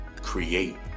create